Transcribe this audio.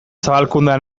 zabalkundea